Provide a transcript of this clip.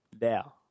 now